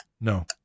No